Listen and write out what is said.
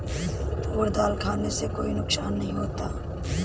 तूर दाल खाने से कोई नुकसान नहीं होता